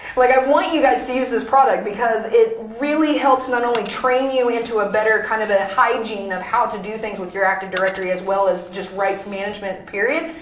like i want you guys to use this product because it really helps not only train you into a better kind of ah hygiene of how to do things with your active directory as well as just rights management, period.